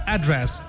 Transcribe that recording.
Address